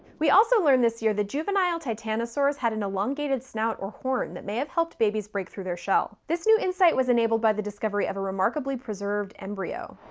we also learned this year that juvenile titanosaurs had an elongated snout or horn that may have helped babies break through their shell. this new insight was enabled by the discovery of a remarkably preserved embryo.